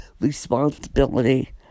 responsibility